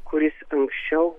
kuris anksčiau